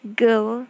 girl